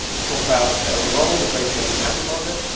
i talk about erwin rommel, the great german tank commander.